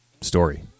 story